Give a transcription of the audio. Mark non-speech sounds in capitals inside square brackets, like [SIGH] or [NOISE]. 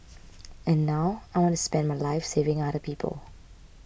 [NOISE] and now I want to spend my life saving other people